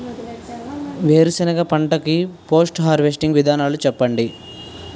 వేరుసెనగ పంట కి పోస్ట్ హార్వెస్టింగ్ విధానాలు చెప్పండీ?